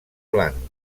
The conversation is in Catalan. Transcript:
blanc